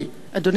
אדוני השר,